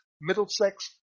Middlesex